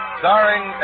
starring